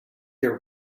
your